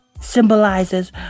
symbolizes